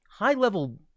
high-level